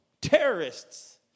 terrorists